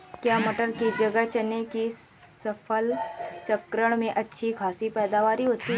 क्या मटर की जगह चने की फसल चक्रण में अच्छी खासी पैदावार होती है?